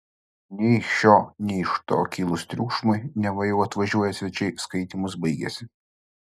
nei iš šio nei iš to kilus triukšmui neva jau atvažiuoją svečiai skaitymas baigėsi